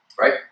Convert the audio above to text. Right